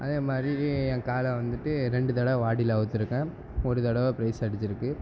அதேமாதிரி என் காளை வந்துட்டு ரெண்டு தடவை வாடியில் அவித்துருக்கேன் ஒரு தடவை ப்ரைஸு அடிச்சிருக்குது